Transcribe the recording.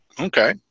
Okay